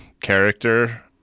character